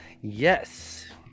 Yes